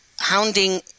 hounding